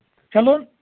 چلو